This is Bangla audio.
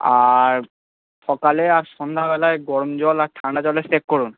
আর সকালে আর সন্ধ্যাবেলায় গরম জল আর ঠাণ্ডা জলে সেঁক করুন